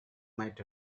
might